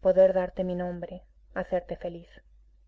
poder darte mi nombre hacerte feliz